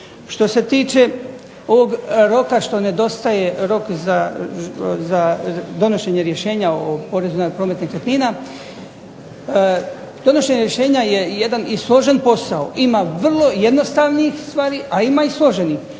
Što se tiče ovog roka što nedostaje rok za donošenje rješenje o porezu na promet nekretnina, donošenje rješenja je vrlo složen posao, ima jednostavnih i složenih